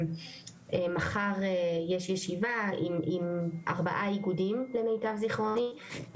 מחר תתקיים ישיבה עם ארבע איגודים למיטב זכרוני,